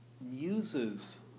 muses